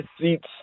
seats